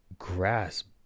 grasp